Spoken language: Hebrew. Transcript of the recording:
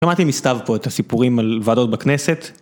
שמעתי מסתיו פה את הסיפורים על ועדות בכנסת.